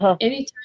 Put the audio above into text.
anytime